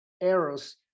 errors